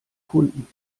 kunden